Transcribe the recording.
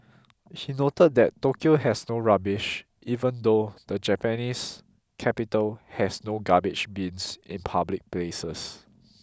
he noted that Tokyo has no rubbish even though the Japanese capital has no garbage bins in public places